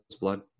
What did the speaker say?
blood